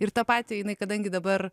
ir tą patį jinai kadangi dabar